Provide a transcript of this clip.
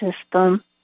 system